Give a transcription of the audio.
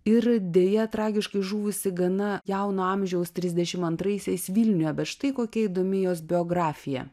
ir deja tragiškai žuvusi gana jauno amžiaus trisdešim antraisiais vilniuje bet štai kokia įdomi jos biografija